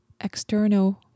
external